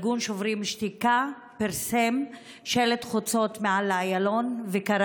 ארגון שוברים שתיקה פרסם שלט חוצות מעל לאיילון וקרא